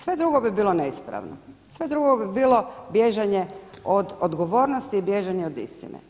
Sve drugo bi bilo neispravno, sve drugo bi bilo bježanje od odgovornosti i bježanje od istine.